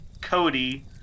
Cody